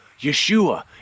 Yeshua